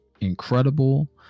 incredible